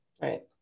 right